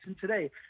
today